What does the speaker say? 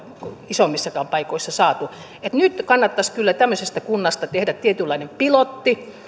isommissakaan paikoissa saatu eli nyt kannattaisi kyllä tämmöisestä kunnasta tehdä tietynlainen pilotti